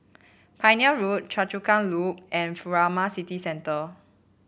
Pioneer Road Choa Chu Kang Loop and Furama City Centre